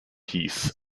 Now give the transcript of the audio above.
piece